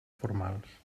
formals